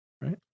Right